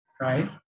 right